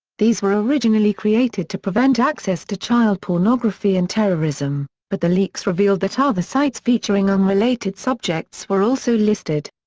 these were originally created to prevent access to child pornography and terrorism, but the leaks revealed that other sites featuring unrelated subjects were also listed.